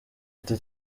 ati